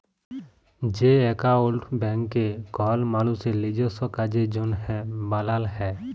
যে একাউল্ট ব্যাংকে কল মালুসের লিজস্য কাজের জ্যনহে বালাল হ্যয়